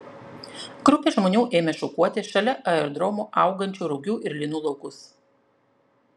grupė žmonių ėmė šukuoti šalia aerodromo augančių rugių ir linų laukus